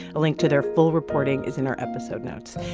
a link to their full reporting is in our episode notes.